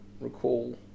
recall